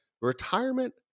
retirement